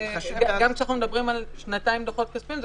גם כשאנחנו מדברים על דוחות כספיים של שנתיים לאחור,